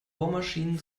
bohrmaschinen